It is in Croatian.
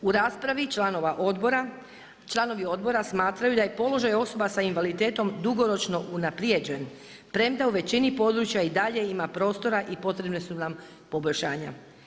U raspravi članova odbora, članovi odbora smatraju da je položaj osoba sa invaliditetom dugoročno unaprijeđen premda u većini područja i dalje ima prostora i potrebna su nam poboljšanja.